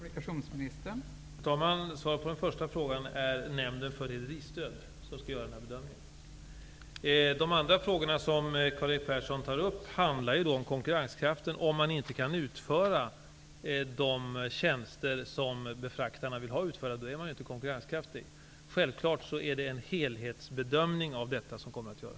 Fru talman! Svaret på den första frågan är att det är Nämnden för rederistöd som skall göra bedömningen. De andra frågorna som Karl-Erik Persson tar upp handlar om konkurrenskraft. Om man inte kan utföra de tjänster befraktarna vill ha utförda, är man inte konkurrenskraftig. Självfallet skall en helhetsbedömning göras av allt detta.